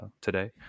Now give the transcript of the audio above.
today